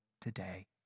today